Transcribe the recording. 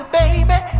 baby